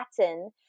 pattern